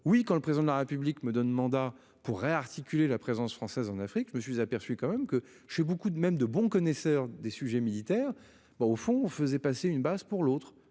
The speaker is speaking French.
oui quand le président de la République me donne mandat pour réarticuler la présence française en Afrique, je me suis aperçu quand même que j'ai beaucoup de même de bons connaisseurs des sujets militaires. Bah au fond on faisait passer une base pour l'autre.